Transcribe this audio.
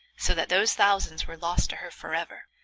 so that those thousands were lost to her for ever.